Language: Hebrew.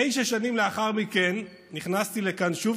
תשע שנים לאחר מכן נכנסתי לכאן שוב,